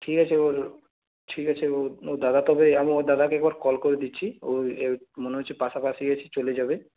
ঠিক আছে ওর ঠিক আছে ওর ওর দাদা তবে আমি ওর দাদাকে একবার কল করে দিচ্ছি ও এই মনে হচ্ছে পাশাপাশি আছে চলে যাবে